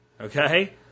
Okay